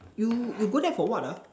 you you go there for what ah